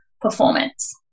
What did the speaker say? performance